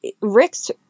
Rick's